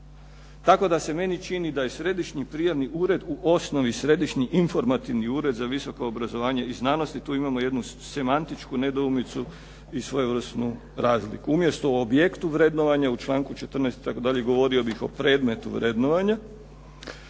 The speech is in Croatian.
Tako da se meni čini da je Središnji prijavni ured u osnovi, središnji informativni ured za visoko obrazovanje i znanost i tu imamo jednu semantičku nedoumicu i svojevrsnu razliku. Umjesto u objektu vrednovanja, u članku 14. itd., govorio bih o predmetu vrednovanja.